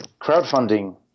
crowdfunding